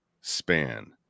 span